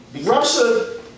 Russia